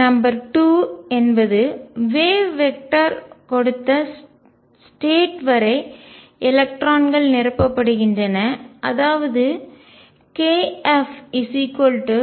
number 2 என்பது wave vector அலை திசையன் கொடுத்த ஸ்டேட் வரை எலக்ட்ரான்கள் நிரப்பப்படுகின்றன அதாவது kF3213